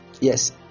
Yes